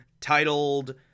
titled